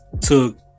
took